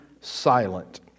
silent